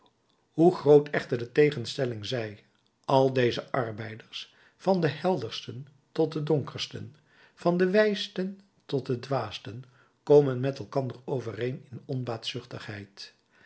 hoe groot echter de tegenstelling zij al deze arbeiders van den heldersten tot den donkersten van den wijsten tot den dwaasten komen met elkander overeen in